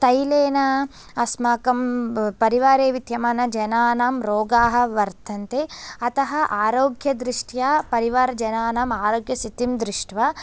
तैलेन अस्माकं परिवारे विद्यमानजनानां रोगाः वर्तन्ते अतः आरोग्यदृष्ट्या परिवारजनानां आरोग्यस्थितिं दृष्ट्वा